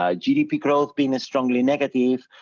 ah gdp growth being a strongly negative,